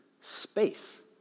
space